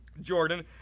Jordan